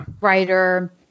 writer